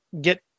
Get